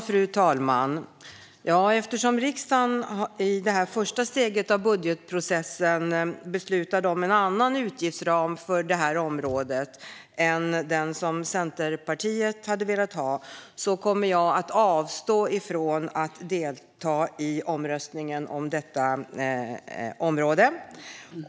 Fru talman! God morgon! Eftersom riksdagen i det första steget av budgetprocessen beslutade om en annan utgiftsram för detta område än den som Centerpartiet hade velat ha kommer vi att avstå från att delta i omröstningen om detta område.